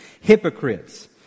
hypocrites